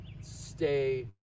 stay